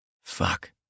Fuck